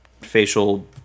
facial